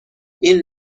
این